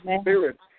spirit